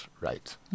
right